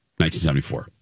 1974